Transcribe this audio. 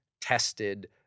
tested